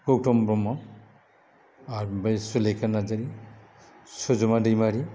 गौतम ब्रह्म आरो ओमफ्राय सुलेखा नार्जारी सुजुमा दैमारी